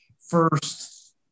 first